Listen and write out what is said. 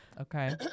Okay